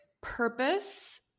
purpose